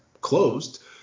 closed